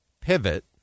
pivot